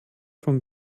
von